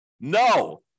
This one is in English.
No